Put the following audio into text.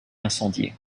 incendiées